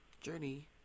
journey